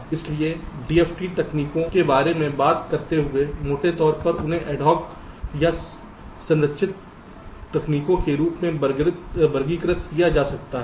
इसलिए डीएफटी तकनीकों के बारे में बात करते हुए मोटे तौर पर उन्हें एड हॉक या संरचित तकनीकों के रूप में वर्गीकृत किया जा सकता है